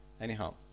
Anyhow